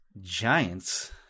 Giants